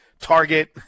Target